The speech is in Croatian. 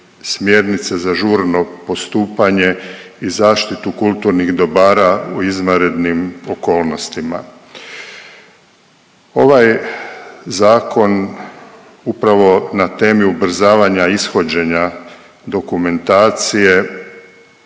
smjernice za žurno postupanje i zaštitu kulturnih dobara u izvanrednim okolnostima. Ovaj zakon upravo na temi ubrzavanja ishođenja dokumentacije,